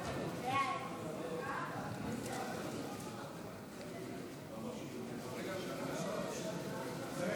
הממשלה על צירוף שרים